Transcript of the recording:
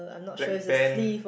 black band